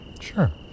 Sure